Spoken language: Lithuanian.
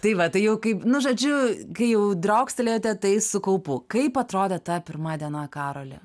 tai va tai jau kaip nu žodžiu kai jau driokstelėjote tai su kaupu kaip atrodė ta pirma diena karoli